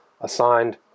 assigned